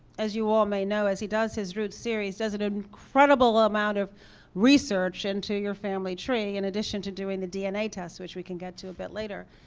as you all may know, as he does his roots series, does an incredible amount of research into your family tree, in addition to doing the dna test, which we can get to a bit later.